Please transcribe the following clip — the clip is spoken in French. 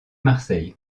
marseille